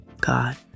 God